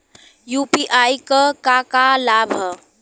UPI क का का लाभ हव?